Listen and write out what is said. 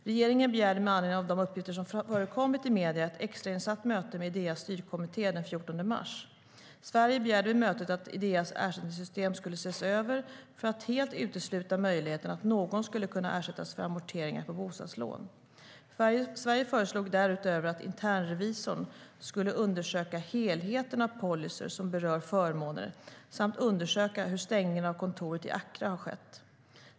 Regeringen begärde med anledning av de uppgifter som förekommit i medierna ett extrainsatt möte med Ideas styrkommitté den 14 mars. Sverige begärde vid mötet att Ideas ersättningssystem skulle ses över för att helt utesluta möjligheten att någon skulle kunna ersättas för amorteringar på bostadslån. Sverige föreslog därutöver att internrevisorn skulle undersöka helheten av policyer som berör förmåner samt undersöka hur stängningen av kontoret i Accra har skett.